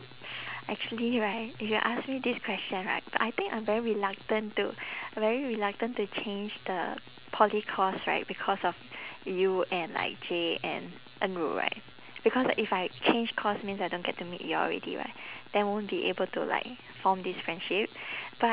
actually right if you ask me this question right I think I'm very reluctant to very reluctant to change the poly course right because of you and like J and en ru right because if I change course means I don't get to meet y'all already [what] then won't be able to like form this friendship but